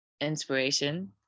inspiration